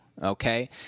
Okay